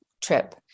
trip